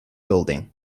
building